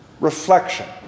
reflection